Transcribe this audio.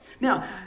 Now